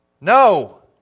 No